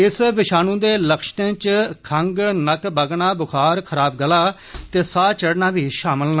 इस विषाणु दे लक्ष्णे च खंग नक्क बगना बुखार खराब गला ते साह् चढ़ना बी शामल न